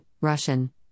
Russian